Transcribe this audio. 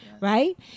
right